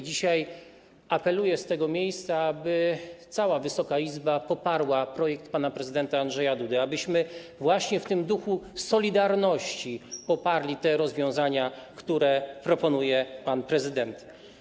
Dzisiaj apeluję z tego miejsca, aby cała Wysoka Izba poparła projekt pana prezydenta, abyśmy właśnie w tym duchu solidarności poparli rozwiązania, które proponuje pan prezydent.